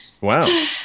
Wow